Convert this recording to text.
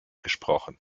gesprochen